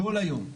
כל היום,